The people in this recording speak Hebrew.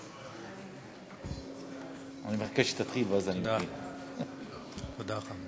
אדוני היושב-ראש, תודה רבה,